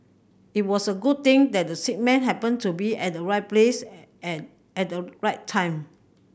it was a good thing that the sick man happened to be at the right place and at the right time